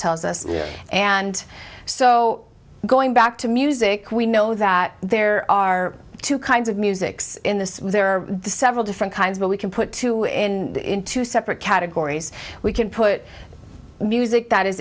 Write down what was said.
tells us and so going back to music we know that there are two kinds of music in this there are several different kinds but we can put two in two separate categories we can put music that is